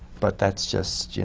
but that's just, you